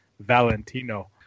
Valentino